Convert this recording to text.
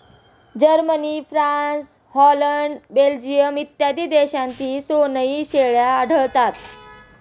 Germany, France, Holland, Belgium इत्यादी देशांतही सनोई शेळ्या आढळतात